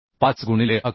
5 गुणिले 11